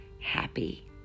Happy